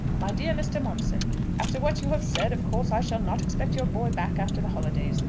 my dear mr. momson after what you have said, of course i shall not expect your boy back after the holidays.